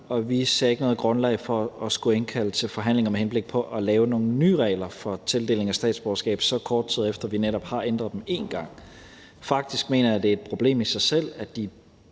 og vi ser ikke noget grundlag for at skulle indkalde til forhandlinger med henblik på at lave nogle nye regler for tildeling af statsborgerskab, så kort tid efter at vi netop har ændret dem en gang. Faktisk mener jeg, at det er et problem i sig selv,